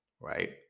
right